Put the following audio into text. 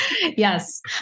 Yes